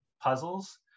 puzzles